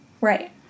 Right